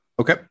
Okay